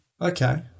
Okay